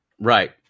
Right